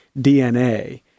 DNA